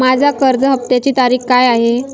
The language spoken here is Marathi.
माझ्या कर्ज हफ्त्याची तारीख काय आहे?